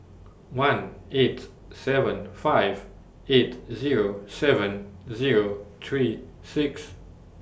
one eight seven five eight Zero seven Zero three six